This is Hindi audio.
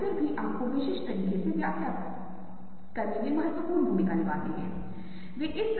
अब मैं आपके साथ बहुत तेज़ी से साझा करता हूँ कुछ जो आप में से कई लोग महसूस कर सकते हैं या नहीं